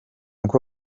uko